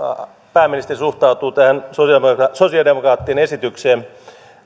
pääministeri suhtautuu tähän sosialidemokraattien esitykseen